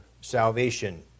salvation